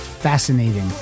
fascinating